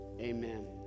amen